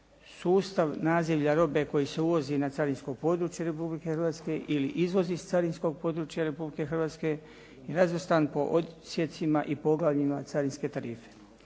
sustav nazivlja robe koji se uvozi na carinsko područje Republike Hrvatske ili izvozi iz carinskog područja Republike Hrvatske i razvrstan po odsjecima i poglavljima carinske tarife.